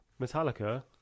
Metallica